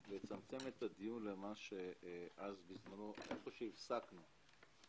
לצמצם את הדיון לאיפה שהפסקנו.